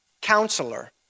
counselor